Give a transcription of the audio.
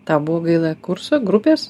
tau buvo gaila kurso grupės